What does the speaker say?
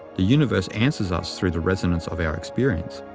the universe answers us through the resonance of our experience.